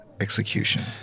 execution